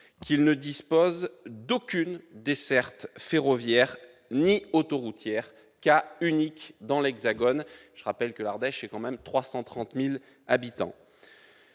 qu'il ne dispose d'aucune desserte ferroviaire ni autoroutière, cas unique dans l'Hexagone. Or l'Ardèche compte tout de même 330 000 habitants